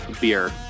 beer